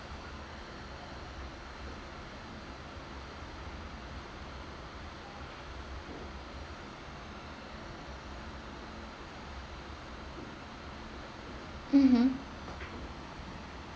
mmhmm